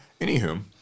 Anywho